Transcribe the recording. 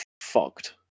Fucked